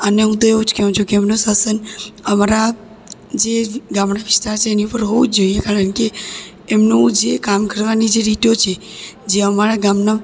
અને હું તો એવું જ કહુ છું કે એમનું શાસન અમારા જે ગામડા વિસ્તાર છે એની ઉપર હોવું જ જોઈએ કારણ કે એમનું જે કામ કરવાની જે રીતો છે જે અમારા ગામના